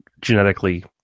genetically